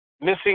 Missing